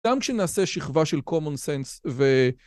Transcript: גם כשנעשה שכבה של common sense ו...